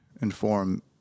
inform